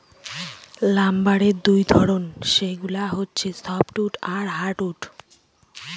লাম্বারের দুই ধরনের, সেগুলা হচ্ছে সফ্টউড আর হার্ডউড